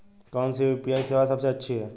कौन सी यू.पी.आई सेवा सबसे अच्छी है?